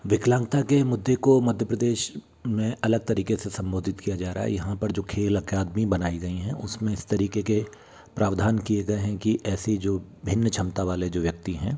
विकलांकता के मुद्दे को मध्य प्रदेश में अलग तरीके से संबोधित किया जा रा है यहाँ पर जो खेल अकादमी बनाई गई हैं उसमें इस तरीके के प्रावधान किए गए हैं कि ऐसी जो भिन्न क्षमता वाले जो व्यक्ति हैं